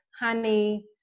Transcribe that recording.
honey